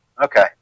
Okay